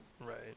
Right